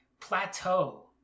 plateau